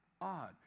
Odd